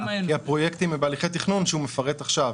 כי הפרויקטים הם בהליכי תכנון שהוא מפרט עכשיו.